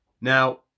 Now